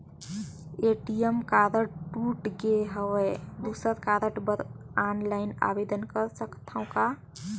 ATM card टूट गे हववं दुसर कारड बर ऑनलाइन आवेदन कर सकथव का?